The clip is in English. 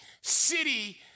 city